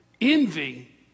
envy